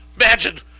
Imagine